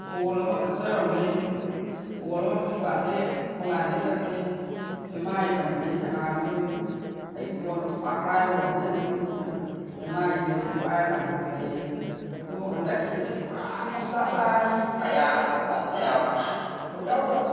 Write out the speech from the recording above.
phone ꯑꯃ ꯀꯛꯆꯔꯨꯕꯅꯤ ꯑꯩꯁꯦ ꯐꯣꯟ ꯑꯃ ꯐ꯭ꯂꯤꯞ ꯀꯥꯔꯠꯇꯒꯤ ꯑꯣꯟꯂꯥꯏꯟꯗꯒꯤ ꯀꯛꯄꯅꯤ ꯑꯦꯝ ꯑꯥꯏ ꯀꯝꯄꯅꯤꯁꯤ ꯍꯥꯟꯅꯁꯨ ꯑꯗꯨꯝ ꯑꯩ ꯐꯣꯟ ꯏꯁꯃꯥꯔꯠ ꯄꯥꯏꯕ ꯍꯧꯔꯛꯄꯗꯒꯤ ꯑꯗꯨꯝ ꯑꯦꯝ ꯑꯥꯏꯁꯦ ꯑꯗꯨꯝ ꯄꯥꯏꯔ ꯂꯥꯛꯄꯅꯤ ꯐꯩꯑꯅ ꯑꯗꯨꯕꯨ ꯍꯟꯗꯛꯀꯤꯁꯤꯗꯤ ꯄꯨꯔꯥ ꯃꯨꯁꯂꯥ ꯇꯥꯔꯦꯍꯦ ꯑꯌꯥꯕ ꯂꯧꯈꯠꯄ ꯌꯥꯕ ꯑꯃ ꯐꯥꯎ ꯌꯥꯎꯗꯕ